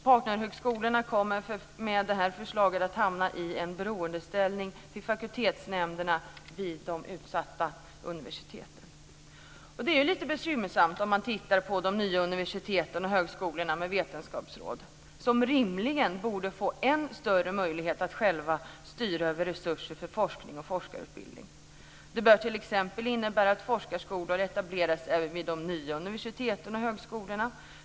Partnerhögskolorna kommer med förslaget att hamna i en beroendeställning i förhållande till fakultetsnämnderna vid de utsatta universiteten. Det är ju lite bekymmersamt vad gäller de nya universiteten och högskolorna med vetenskapsråd, som rimligen borde få än större möjlighet att själva styra över resurser för forskning och forskarutbildning. Det bör t.ex. innebära att forskarskolor etableras även vid de nya universiteten och högskolorna.